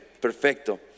Perfecto